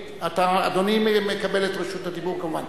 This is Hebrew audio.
אדוני מקבל את רשות הדיבור, כמובן.